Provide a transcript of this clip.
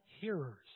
hearers